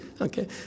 Okay